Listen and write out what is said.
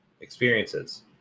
experiences